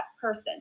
person